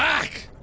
fak